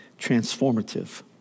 transformative